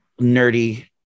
nerdy